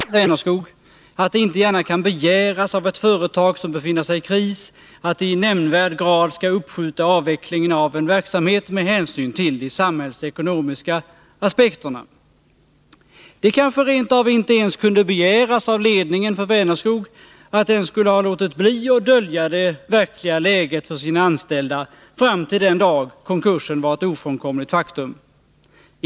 Herr talman! Utskottet påpekar litet förnumstigt när det gäller Vänerskog att det inte gärna kan begäras av ett företag som befinner sig i kris att det i nämnvärd grad skall uppskjuta avvecklingen av en verksamhet med hänsyn till de samhällsekonomiska aspekterna. Det kanske rent av inte ens kunde begäras av ledningen för Vänerskog att den skulle ha låtit bli att dölja det verkliga läget för sina anställda fram till den dag då konkursen var ett ofrånkomligt faktum.